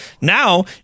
Now